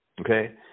okay